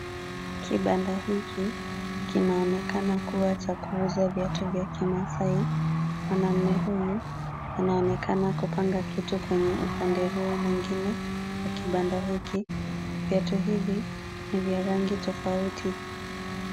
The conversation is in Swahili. Kibanda hiki, kinaonekana kuwa cha kuuza viatu vya kimaasai. Mwanaume huyu, anaonekana kupanga kitu kwenye upande huo mwingine wa kibanda hiki. Viatu hivi ni vya rangi tofauti.